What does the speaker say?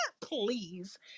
Please